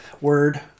word